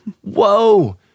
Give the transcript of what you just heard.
whoa